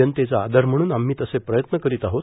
जनतेचा आदर म्हणून आम्ही तसे प्रयत्न करीत आहोत